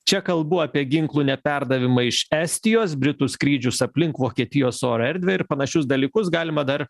čia kalbu apie ginklų neperdavimą iš estijos britų skrydžius aplink vokietijos oro erdvę ir panašius dalykus galima dar